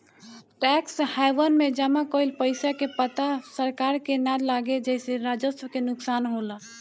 tax haven में जमा कइल पइसा के पता सरकार के ना लागे जेसे राजस्व के नुकसान होला